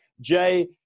Jay